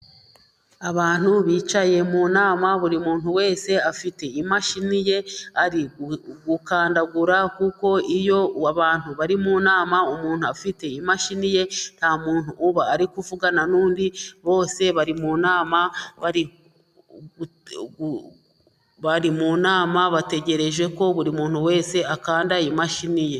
Abantu bicaye mu nama buri muntu wese afite imashini ye ari gukandagura kuko iyo abantu bari mu nama umuntu afite imashini ye, nta muntu uba ari kuvugana n'undi, bose bari mu nama, bategereje ko buri muntu wese akanda imashini ye.